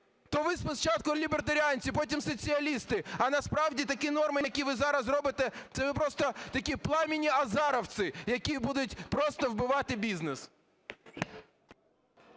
То ви спочатку лібертаріанці, потім соціалісти, а насправді такі норми, які ви зараз робите, це ви просто такі пламенні азаровці, які будуть просто вбивати бізнес.